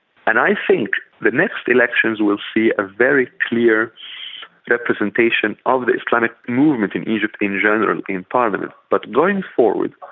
and i think the next elections will see a very clear representation ah of the islamic movement in egypt in general in parliament. but going forward,